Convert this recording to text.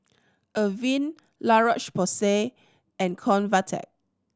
Avene La Roche Porsay and Convatec